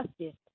justice